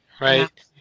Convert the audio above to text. Right